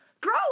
Grow